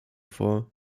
vor